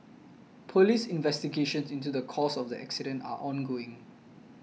police investigations into the cause of the accident are ongoing